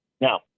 Now